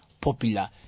popular